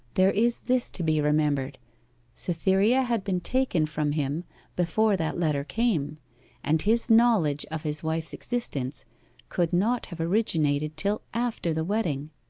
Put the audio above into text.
there is this to be remembered cytherea had been taken from him before that letter came and his knowledge of his wife's existence could not have originated till after the wedding.